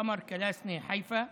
סמר כלאסני מחיפה,